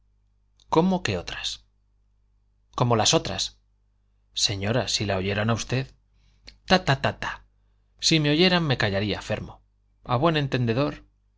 cómo qué otras como las otras señora si la oyeran a usted ta ta ta si me oyeran me callaría fermo a buen entendedor